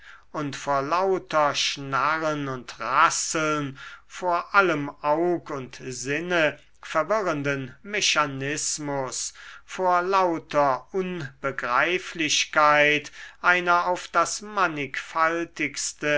und vor lauter schnarren und rasseln vor allem aug und sinne verwirrenden mechanismus vor lauter unbegreiflichkeit einer auf das mannigfaltigste